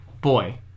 boy